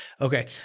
Okay